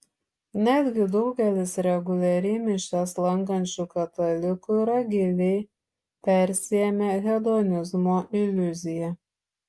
netgi daugelis reguliariai mišias lankančių katalikų yra giliai persiėmę hedonizmo iliuzija